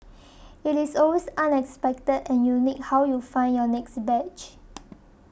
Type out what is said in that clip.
it is always unexpected and unique how you find your next badge